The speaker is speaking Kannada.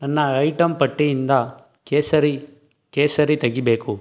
ನನ್ನ ಐಟಂ ಪಟ್ಟಿಯಿಂದ ಕೇಸರಿ ಕೇಸರಿ ತೆಗೆಬೇಕು